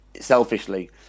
selfishly